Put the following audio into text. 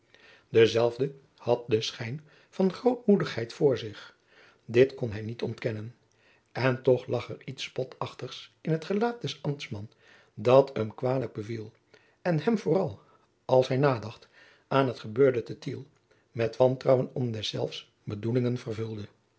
dezelve had den schijn van grootmoedigheid voor zich dit kon hij niet ontkennen en toch lag er iets spotachtigs in het gelaat des ambtmans dat hem kwalijk beviel en hem vooral als hij nadacht aan het gebeurde te tiel met wantrouwen omtrent deszelfs bedoelingen vervulde